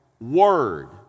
word